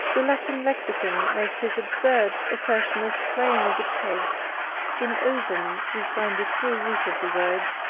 the latin lexicon makes his absurd assertion as plain as a peg in ovum we find the true root of the word.